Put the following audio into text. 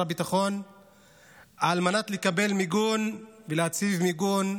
הביטחון על מנת לקבל מיגון ולהציב מיגון